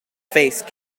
faced